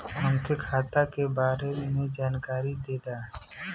हमके खाता के बारे में जानकारी देदा?